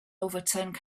overturned